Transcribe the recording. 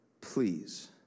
please